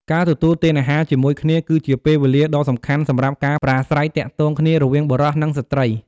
ការទទួលទានអាហារជាមួយគ្នា គឺជាពេលវេលាដ៏សំខាន់សម្រាប់ការ ប្រាស្រ័យទាក់ទងគ្នារវាងបុរស និងស្ត្រី។